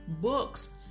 books